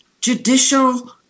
judicial